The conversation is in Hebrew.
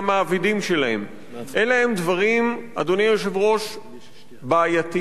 אלה הם דברים, אדוני היושב-ראש, בעייתיים, פסולים,